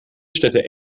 städte